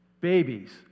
babies